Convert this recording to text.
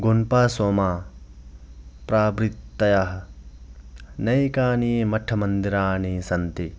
गोन्पासोमा प्राभृतयः अनेकानि मठमन्दिराणि सन्ति